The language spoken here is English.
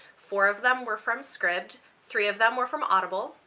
four of them were from scribd, three of them were from audible,